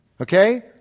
Okay